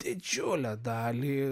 didžiulę dalį